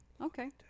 Okay